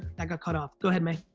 i got cut off. go ahead may.